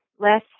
less